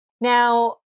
Now